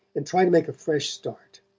and try to make a fresh start.